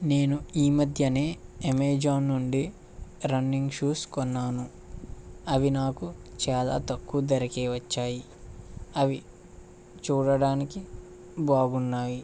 నేను ఈమధ్యనే అమెజాన్ నుంచి రన్నింగ్ షూస్ కొన్నాను అవి నాకు చాలా తక్కువ ధరకే వచ్చాయి అవి చూడటానికి బాగున్నాయి